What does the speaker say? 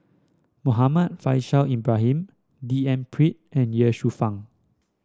Muhammad Faishal Ibrahim D N Pritt and Ye Shufang